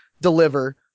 deliver